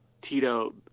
Tito